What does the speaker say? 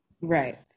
Right